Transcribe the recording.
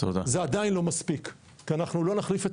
זה עדיין לא מספיק כי אנחנו לא נחליף את